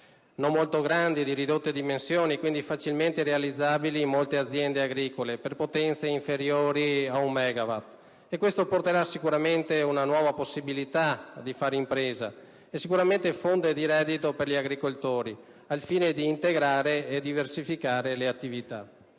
non molto grandi, di ridotte dimensioni, quindi facilmente realizzabili in molte aziende agricole, con potenze inferiori a un megawatt. Ciò offrirà certamente nuove possibilità di far impresa e sarà fonte di reddito per gli agricoltori che potranno integrare e diversificare le attività